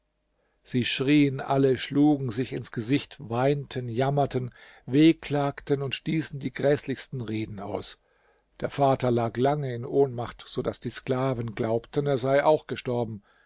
sie schrien alle schlugen sich ins gesicht weinten jammerten wehklagten und stießen die gräßlichsten reden aus der vater lag lange in ohnmacht so daß die sklaven glaubten er sei auch gestorben